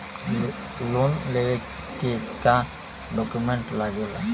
Loan लेवे के का डॉक्यूमेंट लागेला?